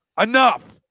Enough